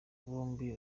bombi